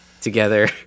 together